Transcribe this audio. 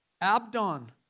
Abdon